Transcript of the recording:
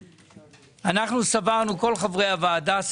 אנחנו, כל חברי הוועדה,